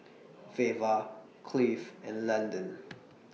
Veva Cleave and Landen